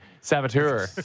Saboteur